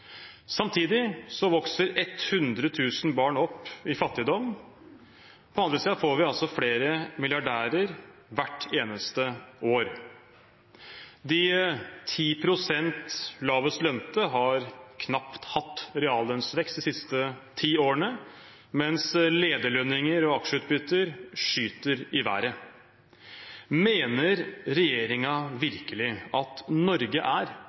Samtidig vokser 100 000 barn opp i fattigdom. På den andre siden får vi altså flere milliardærer hvert eneste år. De 10 pst. lavest lønte har knapt hatt reallønnsvekst de siste ti årene, mens lederlønninger og aksjeutbytter skyter i været. Mener regjeringen virkelig at Norge er